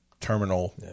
terminal